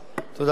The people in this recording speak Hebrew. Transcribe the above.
תודה רבה.